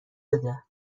بده